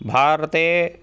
भारते